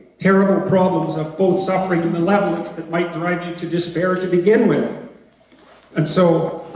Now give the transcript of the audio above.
terrible problems of both suffering and malevolence that might drive you to despair to begin with and so,